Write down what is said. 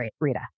Rita